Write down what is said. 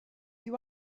you